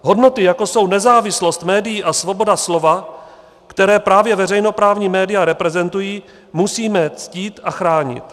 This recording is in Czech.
Hodnoty, jako jsou nezávislost médií a svoboda slova, které právě veřejnoprávní média reprezentují, musíme ctít a chránit.